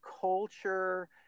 culture